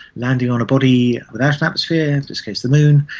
landing on a body without an atmosphere, in this case the moon,